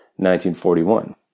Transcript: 1941